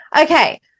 Okay